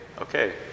okay